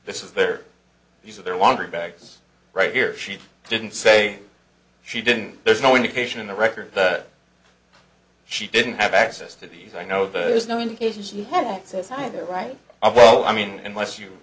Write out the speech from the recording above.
this is their use of their laundry bags right here she didn't say she didn't there's no indication in the record that she didn't have access to these i know there's no indication she had once inside there right up well i mean unless you